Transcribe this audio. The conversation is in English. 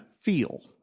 feel